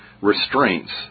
Restraints